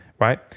Right